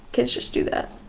kids just do that.